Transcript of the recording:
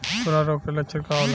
खुरहा रोग के लक्षण का होला?